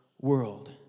world